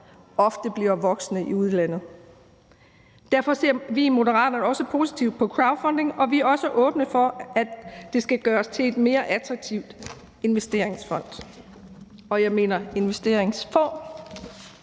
ofte bliver voksne i udlandet. Derfor ser vi i Moderaterne også positivt på crowdfunding, og vi er også åbne for, at det skal gøres til en mere attraktiv investeringsform. Regeringen vil gøre